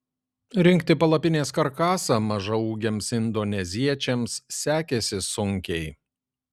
rinkti palapinės karkasą mažaūgiams indoneziečiams sekėsi sunkiai